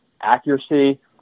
accuracy